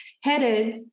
headed